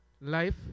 life